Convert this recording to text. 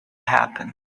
happen